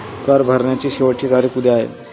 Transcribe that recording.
कर भरण्याची शेवटची तारीख उद्या आहे